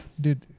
Dude